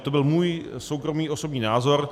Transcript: To byl můj soukromý, osobní názor.